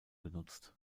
genutzt